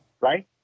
right